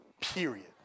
Period